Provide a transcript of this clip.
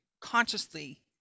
consciously